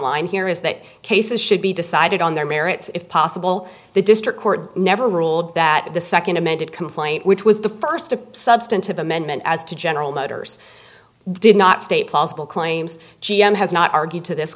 line here is that cases should be decided on their merits if possible the district court never ruled that the second amended complaint which was the first a substantive amendment as to general motors did not state possible claims g m has not argued to this